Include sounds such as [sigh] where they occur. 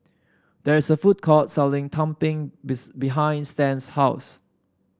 there is a food court selling Tumpeng [unintelligible] behind Stan's house